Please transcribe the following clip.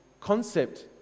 concept